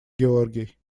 георгий